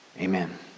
amen